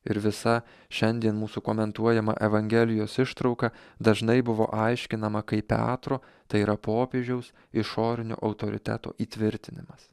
ir visa šiandien mūsų komentuojama evangelijos ištrauka dažnai buvo aiškinama kaip petro tai yra popiežiaus išorinio autoriteto įtvirtinimas